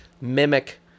mimic